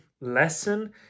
lesson